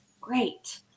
great